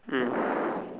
mm